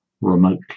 remotely